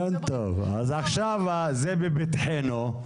זה לפתחנו.